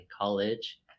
college